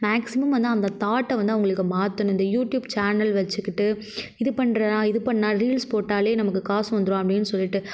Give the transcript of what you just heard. maximum வந்து அந்த தாட்டே வந்து அவங்களுக்கு யூடியுப் சேனல் வச்சுகிட்டு இது பண்ணுறா பண்ணிணா ரீல்ஸ் போட்டாலே நமக்கு காசு வந்துடும் அப்படின்னு சொல்லிவிட்டு